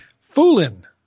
Foolin